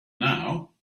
now